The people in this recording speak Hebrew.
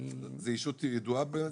זאת ישות ידועה?